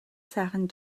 сайхан